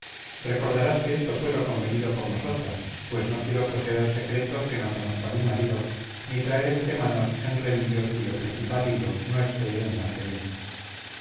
recordarás que esto fue lo convenido por nosotras pues no quiero poseer secretos que no conozca mi marido ni traer entre manos enredillos cuyo principal hilo no esté en las de él